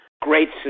great